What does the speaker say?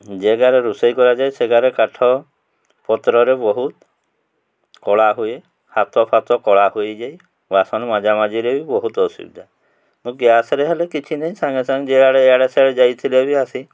ଯେଗାରେ ରୋଷେଇ କରାଯାଏ ସେଗାରେ କାଠ ପତ୍ରରେ ବହୁତ କଳା ହୁଏ ହାତ ଫାତ କଳା ହୋଇଯାଏ ବାସନ ମଜାମାଜିରେ ବି ବହୁତ ଅସୁବିଧା ତ ଗ୍ୟାସ୍ରେ ହେଲେ କିଛି ନାହିଁ ସାଙ୍ଗେ ସାଙ୍ଗେ ଯେଆଡ଼େ ଏଆଡ଼େ ସିଆଡ଼େ ଯାଇଥିଲେ ବି ଆସି